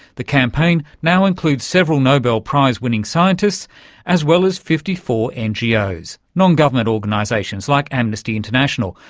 the campaign now includes several nobel prize winning scientists as well as fifty four ngos, non-government organisations like amnesty international,